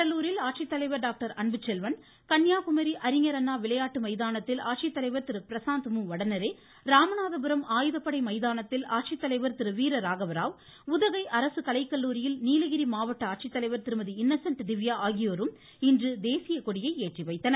கடலூரில் ஆட்சித்தலைவர் டாக்டர் அன்புச்செல்வன் கன்னியாகுமரி அறிஞர் அண்ணா விளையாட்டு மைதானத்தில் ஆட்சித்தலைவர் திரு பிரசாத் மு வடநேரே ராமநாதபுரம் ஆயுதப்படை மைதானத்தில் ஆட்சித்தலைவர் திரு வீரராகவராவ் உதகை அரசு கலைக்கல்லூரியில் நீலகிரி மாவட்ட ஆட்சித்தலைவர் திருமதி இன்னசென்ட் திவ்யா ஆகியோரும் இன்று தேசிய கொடியை ஏற்றிவைத்தனர்